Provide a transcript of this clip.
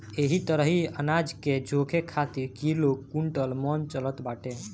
एही तरही अनाज के जोखे खातिर किलो, कुंटल, मन चलत बाटे